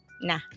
nah